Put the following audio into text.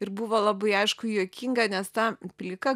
ir buvo labai aišku juokinga nes ta plika